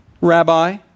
rabbi